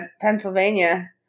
Pennsylvania